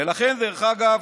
ולכן, דרך אגב,